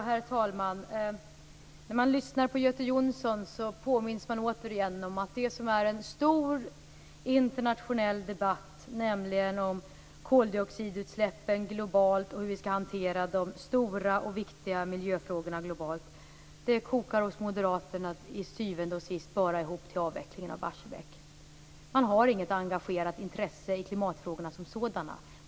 Herr talman! När man lyssnar på Göte Jonsson påminns man återigen om att det som är en stor internationell debatt, nämligen om koldioxidutsläppen globalt och hur vi globalt skall hantera de stora och viktiga miljöfrågorna, hos Moderaterna till syvende och sist bara kokar ihop till avvecklingen av Barsebäck. Man har inget engagerat intresse i klimatfrågorna som sådana.